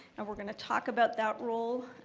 and we're gonna talk about that role,